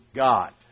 God